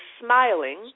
smiling